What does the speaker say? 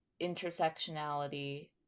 intersectionality